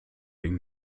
den